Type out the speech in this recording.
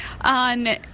on